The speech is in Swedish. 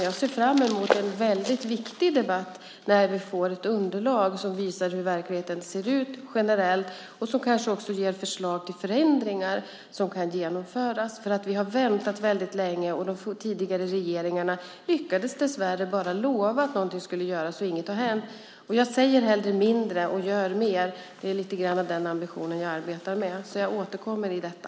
Jag ser fram emot en väldigt viktig debatt när vi får ett underlag som visar hur verkligheten generellt ser ut och som kanske också ger förslag till förändringar som kan genomföras. Vi har väntat väldigt länge. De tidigare regeringarna lyckades dessvärre bara lova att någonting skulle göras, och ingenting har hänt. Jag säger hellre mindre och gör mer. Det är lite grann med den ambitionen jag arbetar. Jag återkommer till detta.